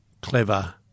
clever